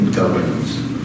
governance